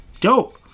dope